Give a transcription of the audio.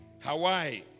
Hawaii